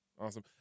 Awesome